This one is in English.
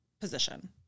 Position